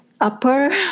upper